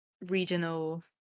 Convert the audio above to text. regional